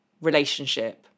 relationship